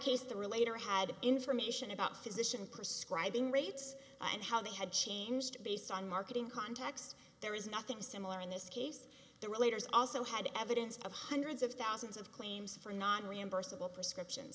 case the relator had information about physician prescribe ingrates and how they had changed based on marketing contacts there is nothing similar in this case the relator is also had evidence of hundreds of thousands of claims for not reimbursable prescriptions